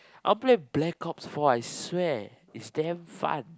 on black black four I swear its damn fun